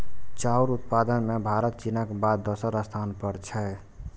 चाउर उत्पादन मे भारत चीनक बाद दोसर स्थान पर छै